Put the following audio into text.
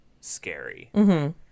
scary